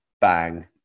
bang